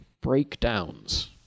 breakdowns